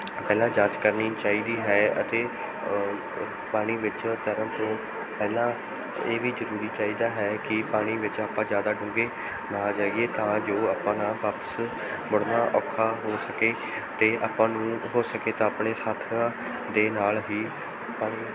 ਪਹਿਲਾਂ ਜਾਂਚ ਕਰਨੀ ਚਾਹੀਦੀ ਹੈ ਅਤੇ ਪਾਣੀ ਵਿੱਚ ਤੈਰਨ ਤੋਂ ਪਹਿਲਾਂ ਇਹ ਵੀ ਜ਼ਰੂਰੀ ਚਾਹੀਦਾ ਹੈ ਕਿ ਪਾਣੀ ਵਿੱਚ ਆਪਾਂ ਜ਼ਿਆਦਾ ਡੂੰਘੇ ਨਾ ਜਾਈਏ ਤਾਂ ਜੋ ਆਪਣਾ ਵਾਪਸ ਮੁੜਨਾ ਔਖਾ ਹੋ ਸਕੇ ਅਤੇ ਆਪਾਂ ਨੂੰ ਹੋ ਸਕੇ ਤਾਂ ਆਪਣੇ ਸਾਥੀਆਂ ਦੇ ਨਾਲ ਹੀ